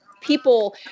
people